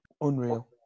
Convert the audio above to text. Unreal